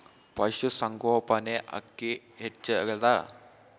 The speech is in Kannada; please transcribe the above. ಪಶುಸಂಗೋಪನೆ ಅಕ್ಕಿ ಹೆಚ್ಚೆಲದಾ?